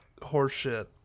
horseshit